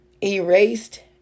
Erased